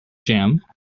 jam